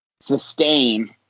sustain